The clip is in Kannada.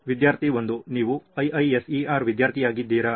ವಿದ್ಯಾರ್ಥಿ 1 ನೀವು IISER ವಿದ್ಯಾರ್ಥಿಯಾಗಿದ್ದೀರಾ